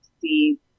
see